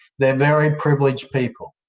they're very privileged people.